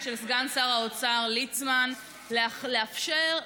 שלוש דקות, גברתי, בבקשה.